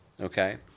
Okay